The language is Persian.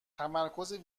تمرکز